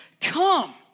come